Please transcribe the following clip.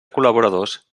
col·laboradors